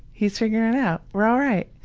he's figuring it out. we're all right.